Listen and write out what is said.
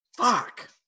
fuck